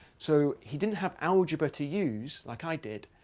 so he didn't have algebra to use like i did.